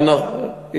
זה לא מדויק,